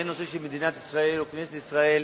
אין נושא שמדינת ישראל או כנסת ישראל